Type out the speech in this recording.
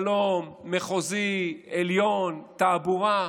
שלום, מחוזי, עליון, תעבורה,